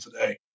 today